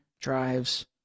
drives